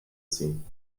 ziehen